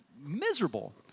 miserable